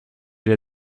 elle